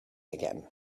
again